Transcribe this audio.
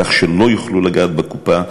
על כך שלא יוכלו לגעת בקופה,